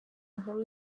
nkuru